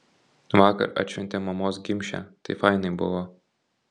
vakar atšventėm mamos gimšę tai fainai buvo